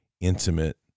intimate